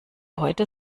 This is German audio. heute